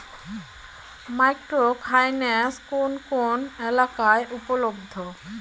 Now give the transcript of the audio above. Micro finance কোন কোন এলাকায় উপলব্ধ?